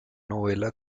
novela